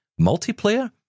multiplayer